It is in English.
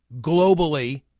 globally